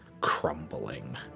crumbling